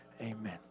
amen